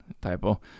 typo